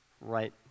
right